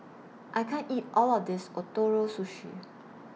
I can't eat All of This Ootoro Sushi